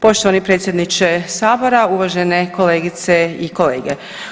Poštovani predsjedniče sabora, uvažene kolegice i kolege.